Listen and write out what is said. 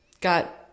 got